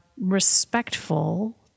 respectful